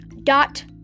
dot